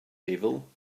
evil